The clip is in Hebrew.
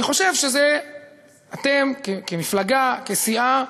אני חושב שאתם, כמפלגה, כסיעה,